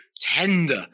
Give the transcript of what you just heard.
tender